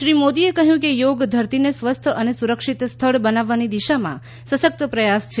શ્રી મોદીએ કહ્યું કે યોગ ધરતીને સ્વસ્થ અને સુરક્ષિત સ્થળ બનાવવાની દિશામાં સશક્ત પ્રયાસ છે